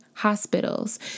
hospitals